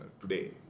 today